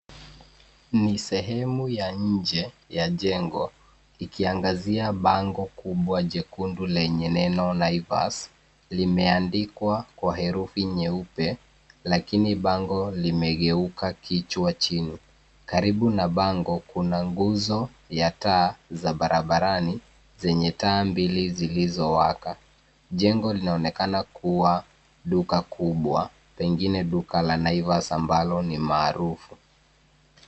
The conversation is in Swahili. Ni sehemu ya nje ya jengo, ikiangazia bango kubwa jekundu lenye neno, Naivas, limeandikwa kwa herufi nyeupe lakini bango limegeuka kichwa chini. Karibu na bango, kuna nguzo ya taa za barabarani zenye taa mbili zilizowaka. Jengo linaonekana kuwa duka kubwa, pengine duka la Naivas, ambalo ni maarufu.